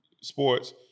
sports